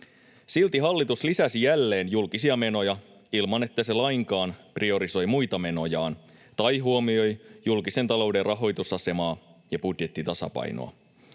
Silti hallitus lisäsi jälleen julkisia menoja ilman, että se lainkaan priorisoi muita menojaan tai huomioi julkisen talouden rahoitusasemaa ja budjettitasapainoa.